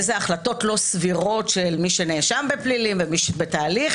איזה החלטות לא סבירות של מי שנאשם בפלילים ומי שבתהליך